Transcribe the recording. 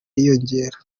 yiyongera